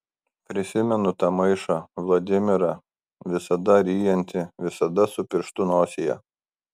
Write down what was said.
prisimenu tą maišą vladimirą visada ryjantį visada su pirštu nosyje